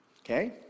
Okay